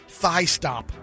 Thighstop